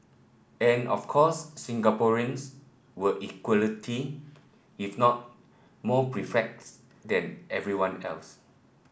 and of course Singaporeans were equality if not more perplexed than everyone else